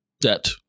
Debt